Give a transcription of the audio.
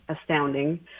astounding